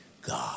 God